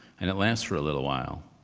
and it lasts for a little while,